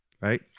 right